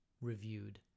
reviewed